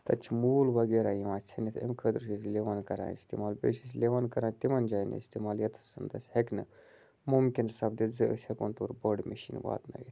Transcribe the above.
تَتہِ چھِ موٗل وغیرہ یِوان ژیٚنِتھ اَمہِ خٲطرٕ چھِ أسۍ لِوَن کَران استعمال بیٚیہِ چھِ أسۍ لِوَن کَران تِمَن جایَن استعمال ہٮ۪کہِ نہٕ مُمکِن سَپدِتھ زِ أسۍ ہٮ۪کہٕ ہون تور بٔڑ مِشیٖن واتنٲوِتھ